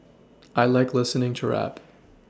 I like listening to rap